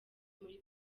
muri